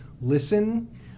listen